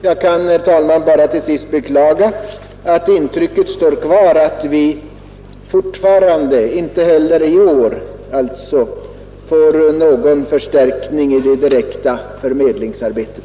Jag kan, herr talman, till sist bara beklaga, att vi inte heller i år kommer att få någon förstärkning i det direkta förmedlingsarbetet.